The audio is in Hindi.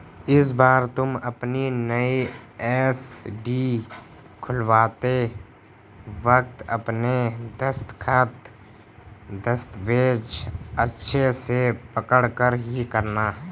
इस बार तुम अपनी नई एफ.डी खुलवाते वक्त अपने दस्तखत, दस्तावेज़ अच्छे से पढ़कर ही करना